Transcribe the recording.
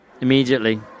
Immediately